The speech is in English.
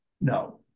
no